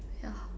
yeah